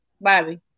Bobby